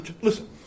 listen